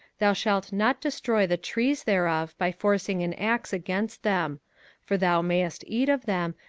thou shalt not destroy the trees thereof by forcing an axe against them for thou mayest eat of them,